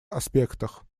аспектах